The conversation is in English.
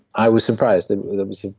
i was surprised that that was